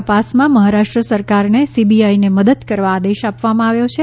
તપાસમાં મહારાષ્ટ્ર સરકારને સીબીઆઈને મદદ કરવા આદેશ આપવામાં આવ્યો છે